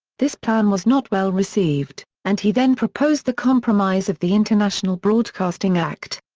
this plan was not well received, and he then proposed the compromise of the international broadcasting act.